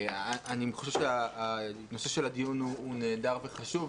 אני חושב שהנושא של הדיון הוא נהדר וחשוב,